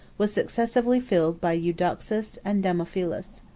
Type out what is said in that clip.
was successively filled by eudoxus and damophilus.